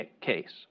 case